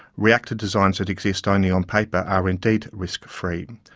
reactor designs that exist only on paper are indeed risk free.